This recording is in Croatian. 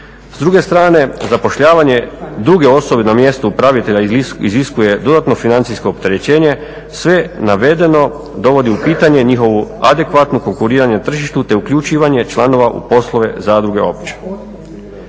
S druge strane zapošljavanje druge osobe na mjesto upravitelja iziskuje dodatno financijsko opterećenje, sve navedeno dovodi u pitanje njihovu adekvatnu konkuriranje na tržištu te uključivanje članova u poslove zadruge uopće.